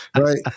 right